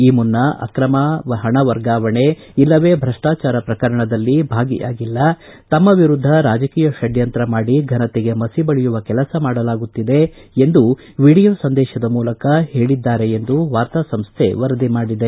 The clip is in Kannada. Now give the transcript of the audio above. ಈ ಮುನ್ನ ಅಕ್ರಮ ಪಣ ವರ್ಗಾವಣೆ ಇಲ್ಲವೆ ಭ್ರಷ್ಟಚಾರ ಪ್ರಕರಣದಲ್ಲಿ ಭಾಗಿಯಾಗಿಲ್ಲ ತಮ್ಮ ವಿರುದ್ಧ ರಾಜಕೀಯ ಪಡ್ಡಂತರ ಮಾಡಿ ಘನತೆಗೆ ಮಸಿ ಬಳಿಯುವ ಕೆಲಸ ಮಾಡಲಾಗುತ್ತಿದೆ ಎಂದು ವಿಡಿಯೋ ಸಂದೇಶದ ಮೂಲಕ ಹೇಳಿದ್ದಾರೆ ಎಂದು ವಾರ್ತಾ ಸಂಸ್ಥೆ ವರದಿ ಮಾಡಿದೆ